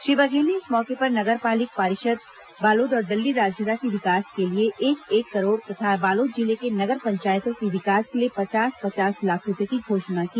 श्री बघेल ने इस मौके पर नगर पालिक परिषद बालोद और दल्लीराजहरा के विकास के लिए एक एक करोड़ तथा बालोद जिले के नगर पंचायतों के विकास के लिए पचास पचास लाख रूपये की घोषणा की